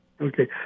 Okay